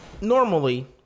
Normally